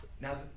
Now